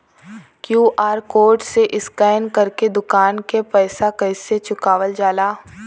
QR code से scan कर के दुकान के पैसा कैसे चुकावल जाला?